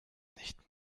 nicht